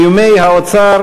איומי האוצר